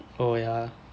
oh ya